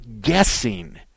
guessing